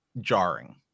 jarring